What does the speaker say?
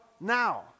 now